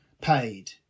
paid